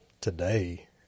today